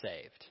saved